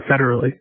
federally